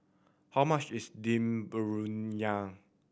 how much is Dum Briyani